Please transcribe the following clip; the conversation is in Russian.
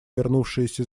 вернувшаяся